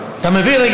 אתה מבין?